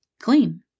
clean